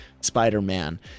Spider-Man